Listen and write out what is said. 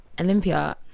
olympia